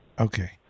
okay